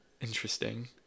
interesting